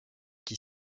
qui